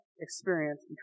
experience